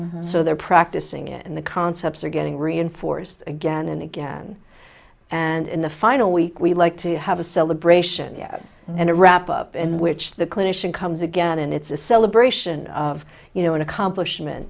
together so they're practicing in the concepts are getting reinforced again and again and in the final week we like to have a celebration and a wrap up in which the clinician comes again and it's a celebration of you know an accomplishment